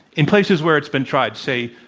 in places where it's been tried say,